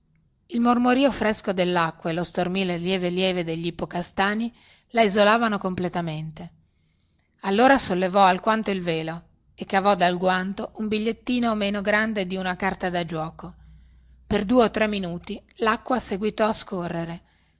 il mormorìo fresco dellacqua e lo stormire lieve lieve degli ippocastani la isolavano completamente allora sollevò alquanto il velo e cavò dal guanto un bigliettino meno grande di una carta da giuoco per due o tre minuti lacqua seguitò a scorrere